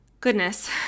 Goodness